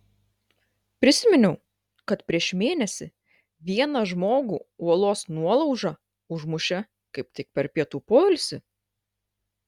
prisiminiau kad prieš mėnesį vieną žmogų uolos nuolauža užmušė kaip tik per pietų poilsį